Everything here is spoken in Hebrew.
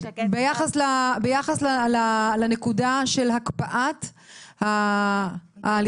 ביחס לנקודה של הקפאת ההליכים,